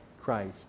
christ